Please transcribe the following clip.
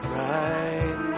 right